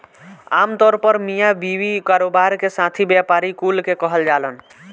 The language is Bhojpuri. आमतौर पर मिया बीवी, कारोबार के साथी, व्यापारी कुल के कहल जालन